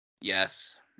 yes